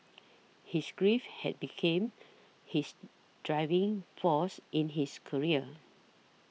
his grief had became his driving force in his career